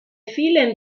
vielen